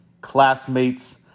classmates